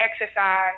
exercise